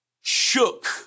shook